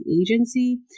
agency